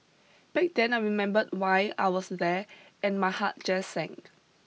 back then I remembered why I was there and my heart just sank